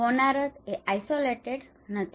હોનારત એ isolated isolated અલગ નથી